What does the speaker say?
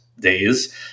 days